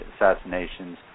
assassinations